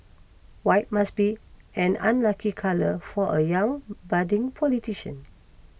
white must be an unlucky colour for a young budding politician